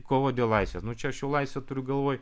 kova dėl laisvės nu čia aš jau laisvę turiu galvoj